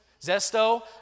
Zesto